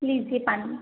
लीजिए पानी